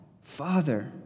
Father